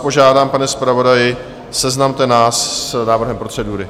Požádám vás, pane zpravodaji, seznamte nás s návrhem procedury.